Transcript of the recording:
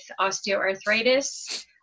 osteoarthritis